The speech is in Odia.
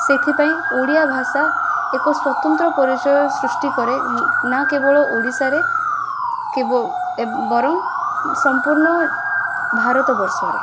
ସେଇଥିପାଇଁ ଓଡ଼ିଆଭାଷା ଏକ ସ୍ୱତନ୍ତ୍ର ପରିଚୟ ସୃଷ୍ଟି କରେ ନା କେବଳ ଓଡ଼ିଶାରେ ବରଂ ସମ୍ପୂର୍ଣ୍ଣ ଭାରତବର୍ଷରେ